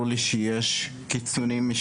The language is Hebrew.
כן.